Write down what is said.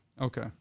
Okay